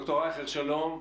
ד"ר רייכר, שלום.